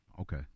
Okay